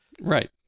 Right